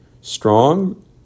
strong